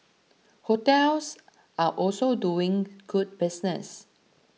hotels are also doing good business